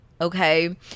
Okay